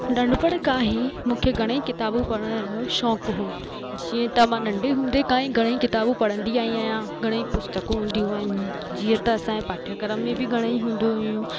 नंढपण खां ई मूंखे घणेई किताबूं पढ़ण जो शौक़ु हुओ जीअं त मां नंढे हूंदे खां ई घणेई किताबूं पढ़ंदी आई आहियां घणेई पुस्तकूं हूंदियूं आहिनि जीअं त असांजे पाठ्यक्रम में बि घणेई हूंदी हुयूं